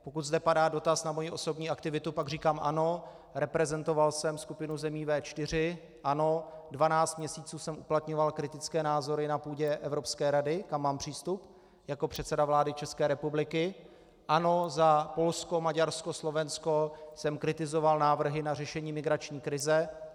Pokud zde padá dotaz na moji osobní aktivitu, pak říkám ano, reprezentoval jsem skupinu zemí V4, ano, dvanáct měsíců jsem uplatňoval kritické názory na půdě Evropské rady, kam mám přístup jako předseda vlády České republiky, ano, za Polsko, Maďarsko, Slovensko jsem kritizoval návrhy na řešení migrační krize.